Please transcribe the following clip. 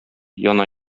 яна